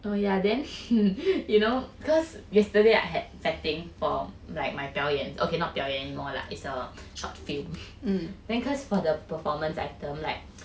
oh ya then you know cause yesterday I had vetting for like my 表演 okay not 表演 anymore lah it's a short film then cause for the performance item like